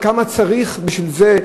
כמה צריך בשביל זה?